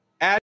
Add